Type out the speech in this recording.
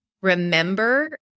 remember